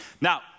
Now